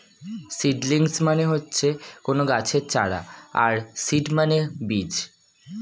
seedlings মানে হচ্ছে কোনো গাছের চারা আর সিড মানে বীজ